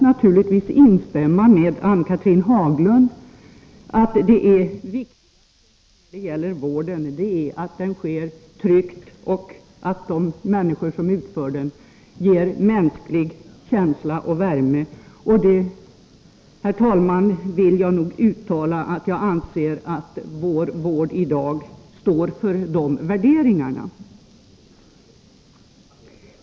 Naturligtvis kan jag instämma i det som Ann-Cathrine Haglund sade, nämligen att det viktigaste när det gäller vården är att den skapar trygghet och att de människor som utför den förmedlar mänsklig känsla och värme, men jag anser samtidigt att dessa värderingar ligger till grund för den vård vi har i dag.